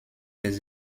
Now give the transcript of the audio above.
des